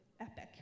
Epic